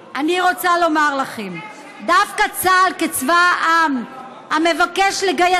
אני רוצה לומר לכם: דווקא צה"ל, כצבא העם, גברתי